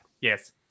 yes